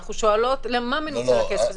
אנחנו שואלות למה מנוצל הכסף הזה.